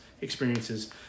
experiences